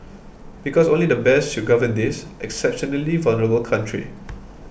because only the best should govern this exceptionally vulnerable country